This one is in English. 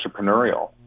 entrepreneurial